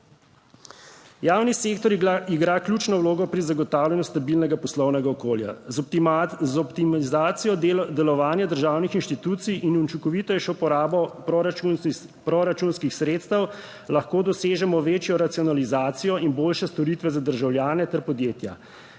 Javni sektor igra ključno vlogo pri zagotavljanju stabilnega poslovnega okolja. Z optimizacijo delovanja državnih institucij in učinkovitejšo porabo proračunskih sredstev lahko dosežemo večjo racionalizacijo in boljše storitve za državljane ter podjetja.